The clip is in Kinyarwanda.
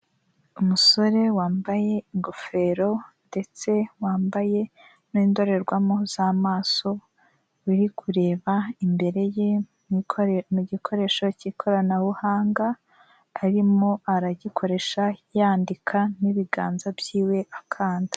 Umusore wambaye ingofero ndetse wambaye n'indorerwamo z'amaso uri kureba imbere ye mu gikoresho k'ikoranabuhanga arimo aragikoresha yandika n'ibiganza byiwe akanda.